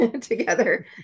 together